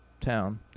town